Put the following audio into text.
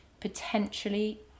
potentially